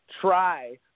Try